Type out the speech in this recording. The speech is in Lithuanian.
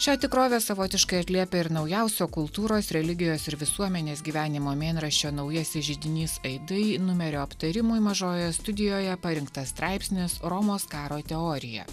šią tikrovę savotiškai atliepia ir naujausio kultūros religijos ir visuomenės gyvenimo mėnraščio naujasis židinys aidai numerio aptarimui mažojoje studijoje parinktas straipsnis romos karo teorija